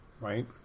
Right